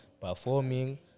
performing